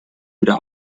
wieder